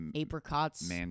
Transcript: Apricots